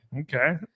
Okay